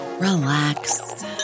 relax